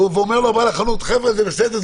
ואומר לו בעל החנות: זה בסדר,